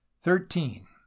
thirteen